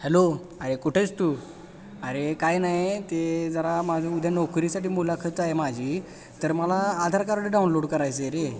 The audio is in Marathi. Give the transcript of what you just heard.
हॅलो अरे कुठे आहेस तू अरे काय नाही ते जरा माझं उद्या नोकरीसाठी मुलाखत आहे माझी तर मला आधार कार्ड डाऊनलोड करायचं आहे रे